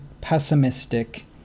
pessimistic